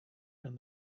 and